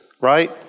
right